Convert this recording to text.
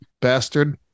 bastard